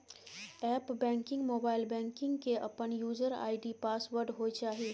app banking, mobile banking के अपन user ID password होय चाहिए